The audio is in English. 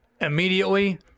immediately